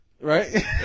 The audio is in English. right